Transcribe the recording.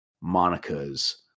Monica's